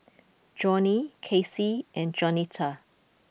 Johnny Casie and Jaunita